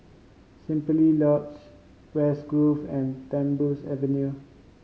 Simply Lodge West Grove and Tembusu Avenue